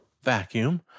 vacuum